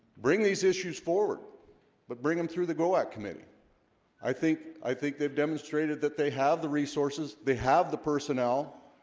bring these issues forward but bring them through the go act committee i think i think they've demonstrated that they have the resources they have the personnel